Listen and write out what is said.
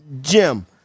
Jim